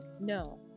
no